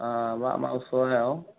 অ বাৰু আমাৰ ওচৰতে আৰু